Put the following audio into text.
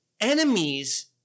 Enemies